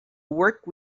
work